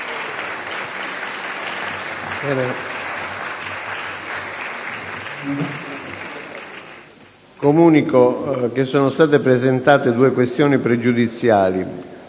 Comunico che sono state presentate due questioni pregiudiziali.